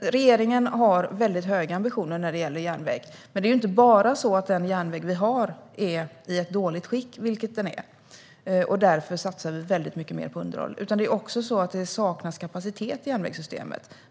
Regeringen har väldigt höga ambitioner när det gäller järnväg. Men det är inte bara så att den järnväg vi har är i ett dåligt skick, vilket den är, och att vi därför satsar väldigt mycket mer på underhåll, utan det saknas också kapacitet i järnvägssystemet.